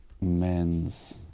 Men's